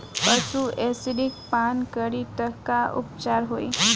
पशु एसिड पान करी त का उपचार होई?